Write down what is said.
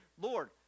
Lord